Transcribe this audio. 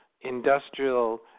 industrial